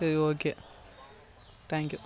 சரி okay thank you